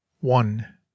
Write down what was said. one